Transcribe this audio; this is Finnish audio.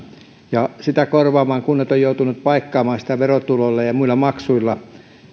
ja kunnat ovat joutuneet paikkaamaan niitä verotuloilla ja muilla maksuilla